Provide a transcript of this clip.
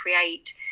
create